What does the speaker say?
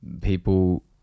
people